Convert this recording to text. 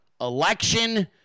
Election